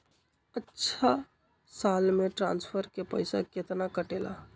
अछा साल मे ट्रांसफर के पैसा केतना कटेला?